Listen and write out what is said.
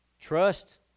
Trust